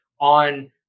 on